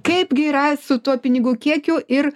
kaip gi yra su tuo pinigų kiekiu ir